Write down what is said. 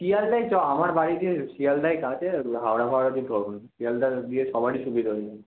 শিয়ালদাই চ আমার বাড়ি থেকে শিয়ালদাহই কাছে হাওড়া ফাওড়া দিয়ে প্রবলেম শিয়ালদাহ দিয়ে সবারই সুবিধ হয়ে যাবে